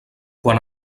quan